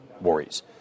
worries